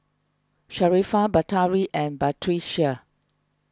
Sharifah Batari and Batrisya